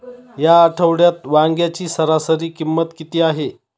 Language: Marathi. या आठवड्यात वांग्याची सरासरी किंमत किती आहे?